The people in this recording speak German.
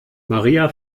maria